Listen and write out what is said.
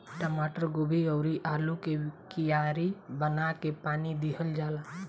टमाटर, गोभी अउरी आलू के कियारी बना के पानी दिहल जाला